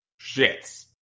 shits